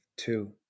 Two